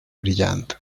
brillant